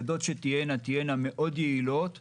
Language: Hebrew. בנוסף לזה גם קידום בדרגות ייעשה פעמיים בשנה,